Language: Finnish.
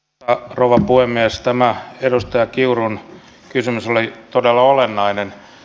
rouva voimme estämään edustaja kiurun kysymys ole todella olennainen